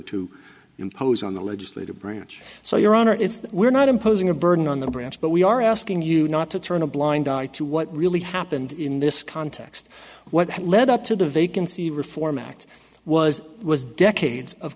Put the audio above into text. to impose on the legislative branch so your honor it's that we're not imposing a burden on the branch but we are asking you not to turn a blind eye to what really happened in this context what led up to the vacancy reform act was was decades of